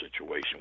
situation